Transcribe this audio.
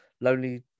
lonely